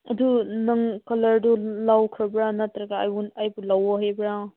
ꯑꯗꯨ ꯅꯪ ꯀꯂꯔꯗꯨ ꯂꯧꯈ꯭ꯔꯕ꯭ꯔꯥ ꯅꯠꯇ꯭ꯔꯒ ꯑꯩꯕꯨ ꯂꯧꯋꯣ ꯍꯥꯏꯕ꯭ꯔꯥ